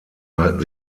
halten